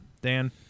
Dan